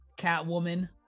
Catwoman